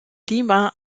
lima